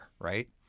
right